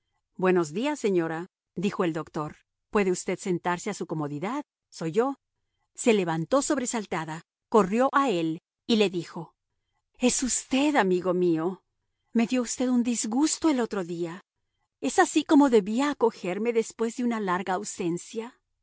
buenos días señora dijo el doctor puede usted sentarse a su comodidad soy yo se levantó sobresaltada corrió a él y le dijo es usted amigo mío me dio usted un disgusto el otro día es así como debía acogerme después de una larga ausencia